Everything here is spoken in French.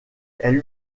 elle